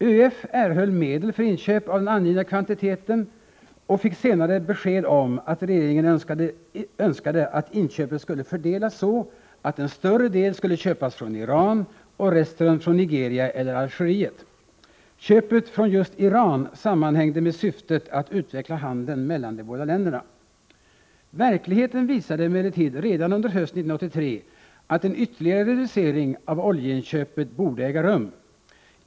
ÖEF erhöll medel för inköp av den angivna kvantiteten olja och fick senare besked om att regeringen önskade att inköpet skulle fördelas så att en större del skulle köpas från Iran och resten från Nigeria eller Algeriet. Köpet från just Iran sammanhängde med syftet att utveckla handeln mellan de båda länderna. Verkligheten visade emellertid redan under hösten 1983 att en ytterligare reducering av oljeinköpet borde äga rum.